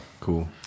Cool